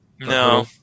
No